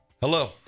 Hello